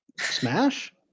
Smash